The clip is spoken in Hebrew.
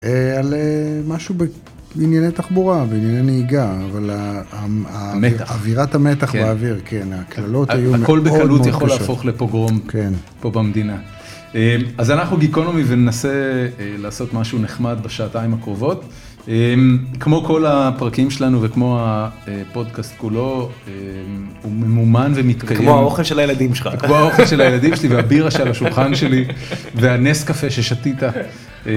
על משהו בענייני תחבורה ובענייני נהיגה, אבל אווירת המתח והאוויר, כן, הקללות היו מאוד מאוד קשות. הכל בקלות יכול להפוך לפוגרום פה במדינה. אז אנחנו גיקונומי וננסה לעשות משהו נחמד בשעתיים הקרובות. כמו כל הפרקים שלנו וכמו הפודקאסט כולו, הוא ממומן ומתקיים. כמו האוכל של הילדים שלך. כמו האוכל של הילדים שלי והבירה שעל השולחן שלי, והנס קפה ששתית.